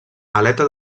aleta